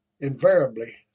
invariably